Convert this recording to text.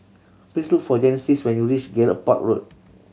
please look for Genesis when you reach Gallop Park Road